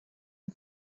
the